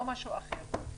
לא משהו אחר.